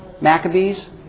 Maccabees